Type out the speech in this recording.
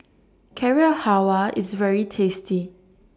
Carrot Halwa IS very tasty